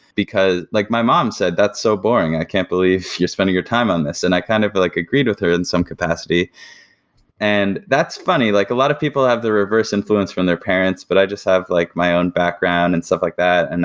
because like my mom said, that's so boring. i can't believe you're spending your time on this. and i kind of but like agreed with her in some capacity and that's funny. like a lot of people have the reverse influence from their parents, but i just have like my own background and stuff like that. and